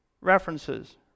references